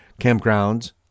campgrounds